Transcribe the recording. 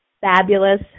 fabulous